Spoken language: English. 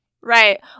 Right